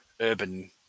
urban